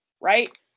Right